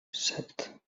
set